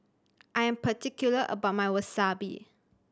I am particular about my Wasabi